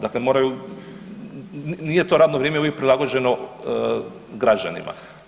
Dakle, moraju, nije to radno vrijeme uvijek prilagođeno građanima.